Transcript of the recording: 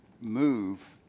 move